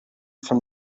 from